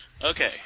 Okay